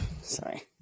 Sorry